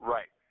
Right